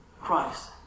Christ